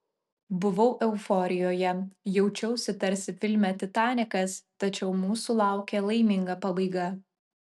buvau euforijoje jaučiausi tarsi filme titanikas tačiau mūsų laukė laiminga pabaiga